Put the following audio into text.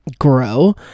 grow